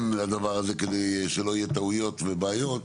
לדבר הזה כדי שלא יהיה טעויות ובעיות,